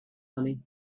money